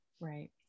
Right